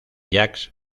jacques